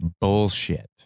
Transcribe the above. bullshit